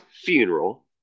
funeral